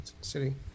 City